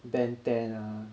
ben ten ah